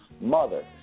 mother